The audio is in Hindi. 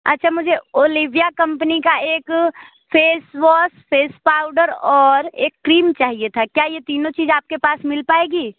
अच्छा मुझे वो निविया कंपनी का एक फेस वॉश फेस पाउडर और एक क्रीम चाहिए था क्या ये तीनों चीज आपके पास मिल पाएंगी